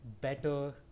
better